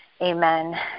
amen